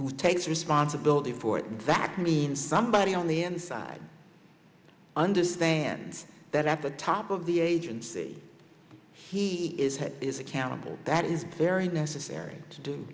who takes responsibility for it and that means somebody on the inside understands that at the top of the agency he is head is accountable that is very necessary to do